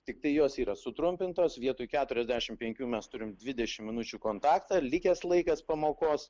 tiktai jos yra sutrumpintos vietoj keturiasdešimt penkių mes turime dvidešimt minučių kontaktą likęs laikas pamokos